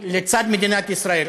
לצד מדינת ישראל.